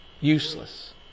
Useless